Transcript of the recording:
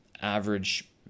average